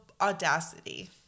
audacity